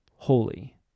Holy